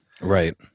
Right